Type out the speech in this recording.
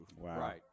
Right